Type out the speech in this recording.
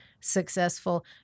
successful